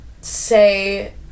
say